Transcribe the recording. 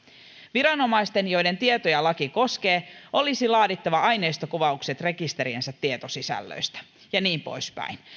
viranomaisten joiden tietoja laki koskee olisi laadittava aineistokuvaukset rekisteriensä tietosisällöistä ja niin poispäin